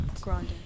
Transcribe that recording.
Grande